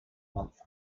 month